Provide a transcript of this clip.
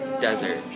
desert